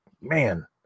man